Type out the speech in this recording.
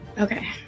Okay